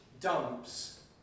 dumps